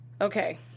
okay